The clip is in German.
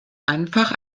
einfach